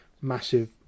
massive